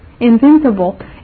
invincible